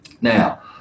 now